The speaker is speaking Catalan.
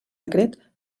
decret